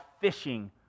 fishing